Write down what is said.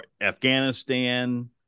Afghanistan